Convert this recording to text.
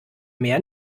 mehr